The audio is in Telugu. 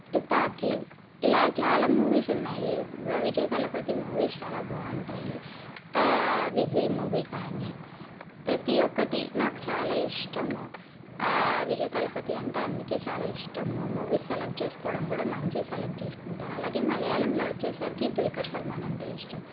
తుపాకీ ఇలా చాలా మూవీస్ ఉన్నాయి విజయ్ తలపతి మూవీస్ చాలా బాగుంటాయి విజిల్ మూవీ కానీ ప్రతి ఒక్కటి నాకు చాలా ఇష్టము విజయ్ తలపతి అంటే అందుకే చాలా ఇష్టము మూవీస్ సెలెక్ట్ చేసుకోవడం కూడా మంచి సెలెక్ట్ చేసుకుంటారు అలాగే మలయాళంలో వచ్చేసరికి దుల్కర్ సల్మాన్ అంటే ఇష్టం